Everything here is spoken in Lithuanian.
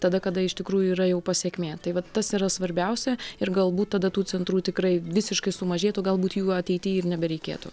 tada kada iš tikrųjų yra jau pasekmė tai vat tas yra svarbiausia ir galbūt tada tų centrų tikrai visiškai sumažėtų galbūt jų ateity ir nebereikėtų